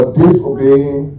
disobeying